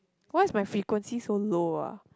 why is my frequency so low ah